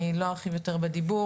אני לא ארחיב יותר בדיבור.